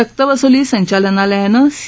सक्तवसुली संचालनालयानं सी